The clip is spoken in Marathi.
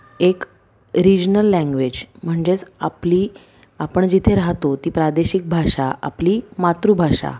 एक रिजनल लँग्वेज म्हणजेच आपली आपण जिथे राहतो ती प्रादेशिक भाषा आपली मातृभाषा